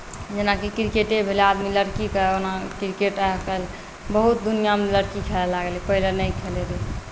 जेनाकि क्रिकेटे भेलै आदमी लड़कीकेँ ओना क्रिकेट आइ काल्हि बहुत दुनिआँमे लड़की खेलय लागलै पहिले नहि खेलैत रहै